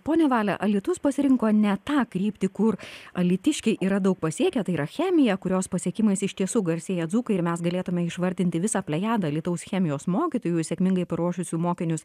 ponia valia alytus pasirinko ne tą kryptį kur alytiškiai yra daug pasiekę tai yra chemija kurios pasiekimais iš tiesų garsėja dzūkai ir mes galėtume išvardinti visą plejadą alytaus chemijos mokytojų sėkmingai paruošusių mokinius